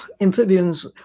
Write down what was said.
Amphibians